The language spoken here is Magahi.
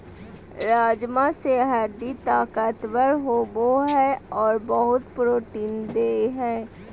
राजमा से हड्डी ताकतबर होबो हइ और बहुत प्रोटीन देय हई